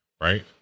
Right